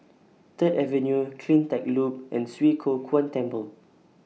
Third Avenue CleanTech Loop and Swee Kow Kuan Temple